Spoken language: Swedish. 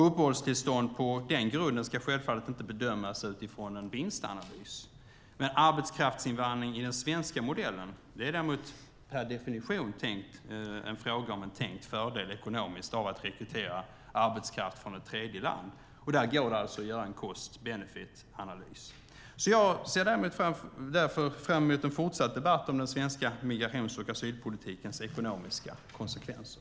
Uppehållstillstånd på den grunden ska självfallet inte bedömas utifrån en vinstanalys, medan arbetskraftsinvandring i den svenska modellen däremot per definition är fråga om en tänkt fördel ekonomiskt av att rekrytera arbetskraft från tredjeland. Där går det alltså att göra en cost-benefit-analys. Jag ser därför fram emot en fortsatt debatt om den svenska migrations och asylpolitikens ekonomiska konsekvenser.